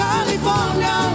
California